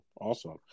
awesome